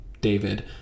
David